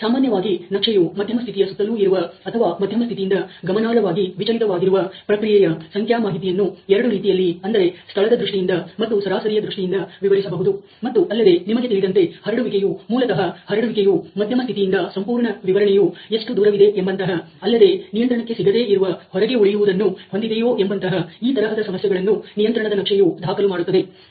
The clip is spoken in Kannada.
ಸಾಮಾನ್ಯವಾಗಿ ನಕ್ಷೆಯು ಮಧ್ಯಮ ಸ್ಥಿತಿಯ ಸುತ್ತಲೂ ಇರುವ ಅಥವಾ ಮಧ್ಯಮ ಸ್ಥಿತಿಯಿಂದ ಗಮನಾರ್ಹವಾಗಿ ವಿಚಲಿತವಾಗಿರುವ ಪ್ರಕ್ರಿಯೆಯ ಸಂಖ್ಯಾ ಮಾಹಿತಿಯನ್ನು ಎರಡು ರೀತಿಯಲ್ಲಿ ಅಂದರೆ ಸ್ಥಳದ ದೃಷ್ಟಿಯಿಂದ ಮತ್ತು ಸರಾಸರಿಯ ದೃಷ್ಟಿಯಿಂದ ವಿವರಿಸಬಹುದು ಮತ್ತು ಅಲ್ಲದೆ ನಿಮಗೆ ತಿಳಿದಂತೆ ಹರಡುವಿಕೆಯು ಮೂಲತಹ ಹರಡುವಿಕೆಯು ಮಧ್ಯಮ ಸ್ಥಿತಿಯಿಂದ ಸಂಪೂರ್ಣ ವಿವರಣೆಯು ಎಷ್ಟು ದೂರವಿದೆ ಎಂಬಂತಹ ಅಲ್ಲದೆ ನಿಯಂತ್ರಣಕ್ಕೆ ಸಿಗದೇ ಇರುವ ಹೊರಗೆ ಉಳಿಯುವದನ್ನು ಹೊಂದಿದೆಯೋ ಎಂಬಂತಹ ಈ ತರಹದ ಸಮಸ್ಯೆಗಳನ್ನು ನಿಯಂತ್ರಣದ ನಕ್ಷೆಯು ದಾಖಲು ಮಾಡುತ್ತದೆ